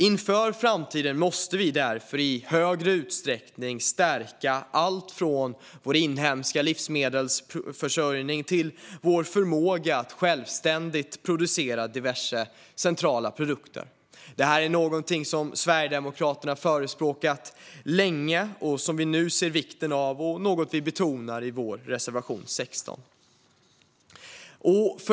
Inför framtiden måste vi därför i större utsträckning stärka allt från vår inhemska livsmedelsförsörjning till vår förmåga att självständigt producera diverse centrala produkter. Det här är någonting som Sverigedemokraterna har förespråkat länge och som vi nu ser vikten av och betonar i vår reservation 16.